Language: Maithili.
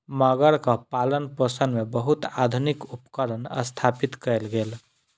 मगरक पालनपोषण मे बहुत आधुनिक उपकरण स्थापित कयल गेल